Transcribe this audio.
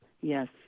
Yes